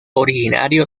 originario